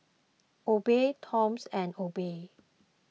Obey Toms and Obey